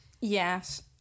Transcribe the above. Yes